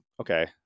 okay